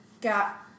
got